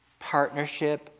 partnership